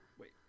Wait